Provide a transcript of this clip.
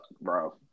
bro